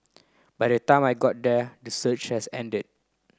by the time I got there the surge has ended